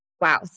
wow